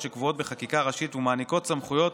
שקבועות בחקיקה ראשית ומעניקות סמכויות